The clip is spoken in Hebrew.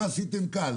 מה עשיתם כאן,